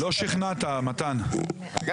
מי